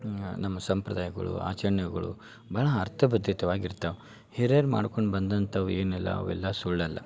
ನಮ್ಮ ಸಂಪ್ರದಾಯಗಳು ಆಚರಣೆಗಳು ಭಾಳ ಅರ್ಥ ಬದ್ಧತೆಯಾಗಿ ಇರ್ತಾವ ಹಿರ್ಯರು ಮಾಡ್ಕೊಂಡು ಬಂದಂಥವು ಏನೆಲ್ಲ ಅವೆಲ್ಲ ಸುಳ್ಳಲ್ಲ